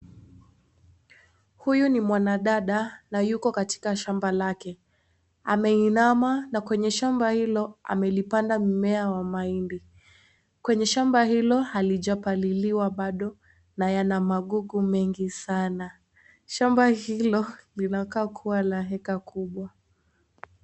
Huyu ni mwanadada na yuko katika shamba lake. Ameinama, na kwenye shamba hilo amelipanda mmea wa mahindi. Kwenye shamba hilo halijapaliliwa bado na yana magugu mengi sana. Shamba hilo, linakaa kuwa la eka kubwa.